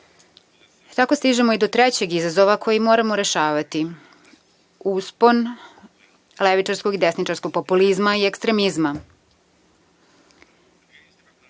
stižemo i do trećeg izazova koji moramo rešavati. Uspon levičarskog i desničarskog populizma i ekstremizma.